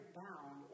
bound